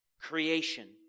creation